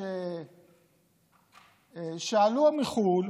מהאנשים שעלו מחו"ל,